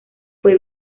fue